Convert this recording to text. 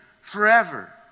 forever